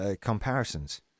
comparisons